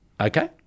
Okay